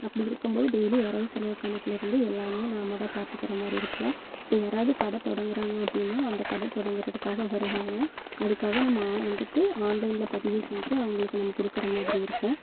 அப்படி இருக்கும் போது டெய்லி வரவு செலவு கணக்குலேருந்து எல்லாமே நாம் தான் பார்த்துக்குறமாரி இருக்கும் இப்போ யாராவது கடை தொடங்குறாங்கள் அப்படின்னா அந்த கடை தொடங்குறதுக்காக வருவாங்கள் அதுக்காக நம்ம வந்துட்டு ஆன்லைன்ல பதிவு செஞ்சு அவங்களுக்கு நம்ம கொடுக்குற மாதிரி இருக்கும்